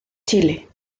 chile